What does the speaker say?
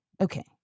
Okay